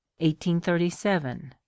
1837